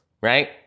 right